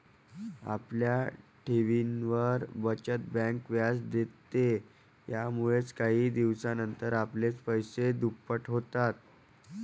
आपल्या ठेवींवर, बचत बँक व्याज देते, यामुळेच काही दिवसानंतर आपले पैसे दुप्पट होतात